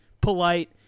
polite